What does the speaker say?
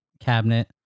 cabinet